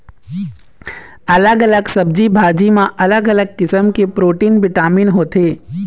अलग अलग सब्जी भाजी म अलग अलग किसम के प्रोटीन, बिटामिन होथे